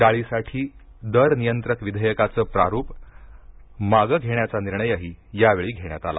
डाळीसाठी दर नियंत्रक विधेयकाचं प्रारुप मागं घेण्याचा निर्णयही यावेळी घेण्यात आला